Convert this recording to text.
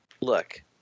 Look